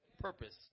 purpose